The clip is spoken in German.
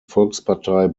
volkspartei